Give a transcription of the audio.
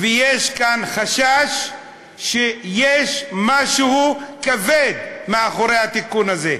יש כאן חשש שיש משהו כבד מאחורי התיקון הזה,